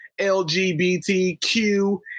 lgbtq